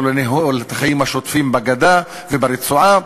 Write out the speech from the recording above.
לניהול החיים השוטפים בגדה וברצועה,